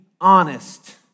honest